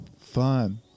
Fun